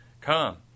Come